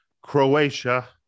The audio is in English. Croatia